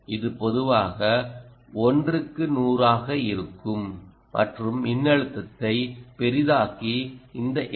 இது பொதுவாக 1 100 ஆக இருக்கும் மற்றும் மின்னழுத்தத்தை பெரிதாக்கி இந்த எல்